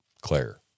claire